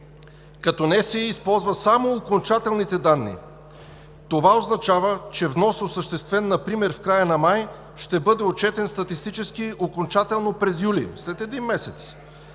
като НСИ използва само окончателните данни. Това означава, че внос, осъществен например в края на май, ще бъде отчетен статистически окончателно през юли – след един месец.